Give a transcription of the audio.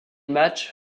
matches